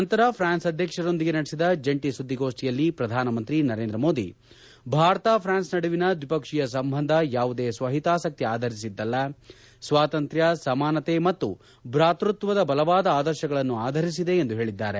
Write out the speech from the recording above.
ನಂತರ ಪ್ರಾನ್ಸ್ ಅಧ್ಯಕ್ಷರೊಂದಿಗೆ ನಡೆಸಿದ ಜಂಟಿ ಸುದ್ದಿಗೋಷ್ಠಿಯಲ್ಲಿ ಪ್ರಧಾನಮಂತ್ರಿ ನರೇಂದ್ರ ಮೋದಿ ಭಾರತ ಪ್ರಾನ್ಸ್ ನಡುವಿನ ದ್ವಿಪಕ್ಷೀಯ ಸಂಬಂಧ ಯಾವುದೇ ಸ್ವಹಿತಾಸಕ್ತಿ ಆಧರಿಸಿದ್ದಲ್ಲ ಸ್ವಾತಂತ್ರ್ಯ ಸಮಾನತೆ ಮತ್ತು ಭಾತೃತ್ವದ ಬಲವಾದ ಆದರ್ಶಗಳನ್ನು ಆಧರಿಸಿದೆ ಎಂದು ಹೇಳಿದ್ದಾರೆ